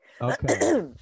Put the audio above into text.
Okay